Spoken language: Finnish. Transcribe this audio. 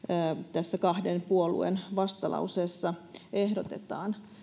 tässä kahden puolueen vastalauseessa ehdotetaan